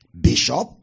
bishop